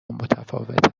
متفاوت